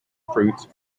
fruits